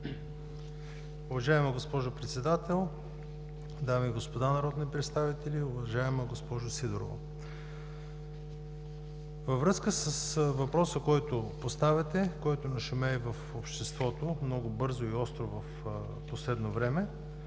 във връзка с въпроса, който поставяте, който нашумя и в обществото много бързо и остро в последно време,